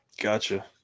gotcha